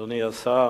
אדוני השר,